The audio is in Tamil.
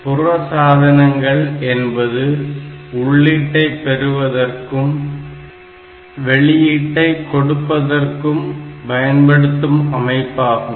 புற சாதனங்கள் என்பது உள்ளீட்டை பெறுவதற்கும் வெளியீட்டை கொடுப்பதற்கும் பயன்படுத்தும் அமைப்பாகும்